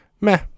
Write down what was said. meh